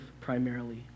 primarily